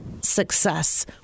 success